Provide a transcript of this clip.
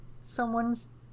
someone's